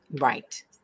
Right